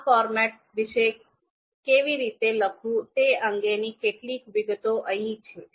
આ ફોર્મેટ વિશે કેવી રીતે લખવું તે અંગેની કેટલીક વિગતો અહીં છે